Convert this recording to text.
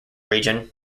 region